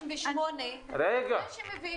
168, לפני שמביאים את זה.